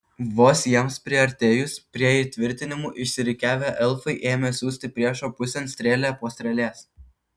vos jiems priartėjus prie įtvirtinimų išsirikiavę elfai ėmė siųsti priešo pusėn strėlę po strėlės